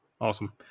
Awesome